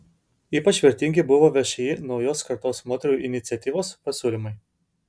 ypač vertingi buvo všį naujos kartos moterų iniciatyvos pasiūlymai